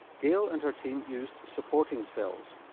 gail and her team used supporting cells,